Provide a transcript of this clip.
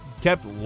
kept